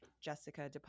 Jessica